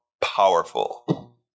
powerful